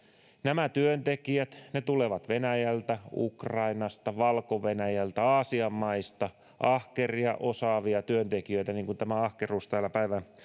nämä työntekijät tulevat venäjältä ukrainasta valko venäjältä aasian maista ahkeria osaavia työntekijöitä niin kuin tämä ahkeruus täällä päivän